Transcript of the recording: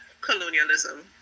colonialism